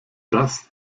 das